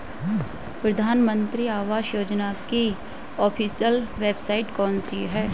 प्रधानमंत्री आवास योजना की ऑफिशियल वेबसाइट कौन सी है?